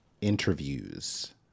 interviews